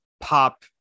pop